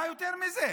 מה יותר מזה?